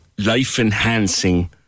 life-enhancing